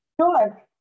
Sure